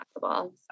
possible